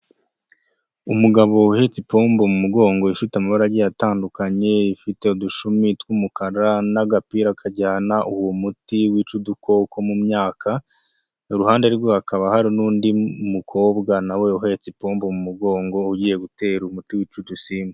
Umugabo uhetse ipombo mu mugongo ,ifite amabarage agiye atandukanye ,ifite udushumi tw'umukara n'agapira kajyana uwo muti wica udukoko mu myaka ,iruhande rwe hakaba hari n'undi mukobwa nawe uhetse ipomba mu mugongo, ugiye gutera umuti wica udusimba.